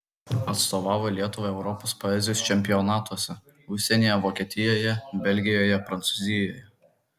atstovavo lietuvai europos poezijos čempionatuose užsienyje vokietijoje belgijoje prancūzijoje